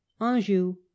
Anjou